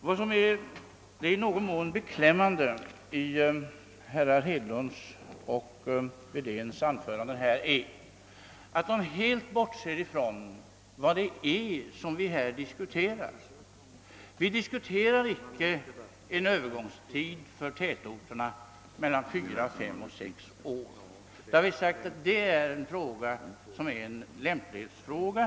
Vad som är det i någon mån beklämmande i herrar Hedlunds och Wedéns anföranden är att de helt bortser från vad vi här diskuterar. Vi diskuterar icke en övergångstid på fyra, fem eller sex år — detta är, som jag framhållit, en lämplighetsfråga.